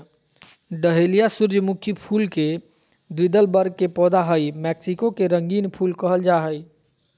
dahlia सूर्यमुखी फुल के द्विदल वर्ग के पौधा हई मैक्सिको के रंगीन फूल कहल जा हई